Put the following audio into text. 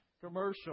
commercial